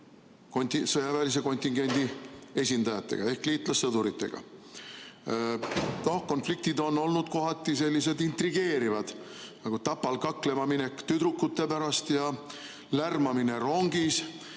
sõjaväelise kontingendi esindajatega ehk liitlassõduritega. Konfliktid on olnud kohati intrigeerivad, nagu Tapal kaklema minek tüdrukute pärast ja lärmamine rongis.